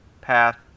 path